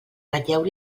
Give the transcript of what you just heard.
ratlleu